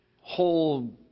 whole